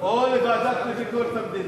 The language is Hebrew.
או לוועדה לביקורת המדינה.